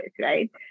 right